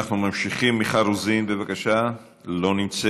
מיכל רוזין, בבקשה, לא נמצאת,